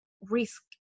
risk